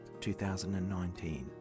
2019